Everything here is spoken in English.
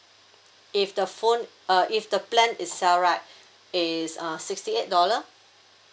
if the phone uh if the plan itself right is uh sixty eight dollar